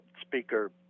speaker